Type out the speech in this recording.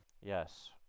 Yes